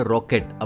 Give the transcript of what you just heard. Rocket